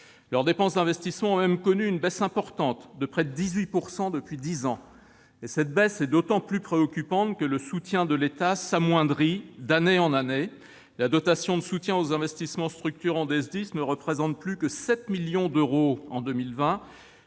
Leurs dépenses d'investissement ont même connu une baisse importante, de près de 18 % depuis dix ans, qui est d'autant plus préoccupante que le soutien de l'État s'amoindrit d'année en année : la dotation de soutien aux investissements structurants des SDIS ne représente plus que 7 millions d'euros en 2020,